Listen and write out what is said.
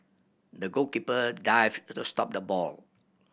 the goalkeeper dived to the stop the ball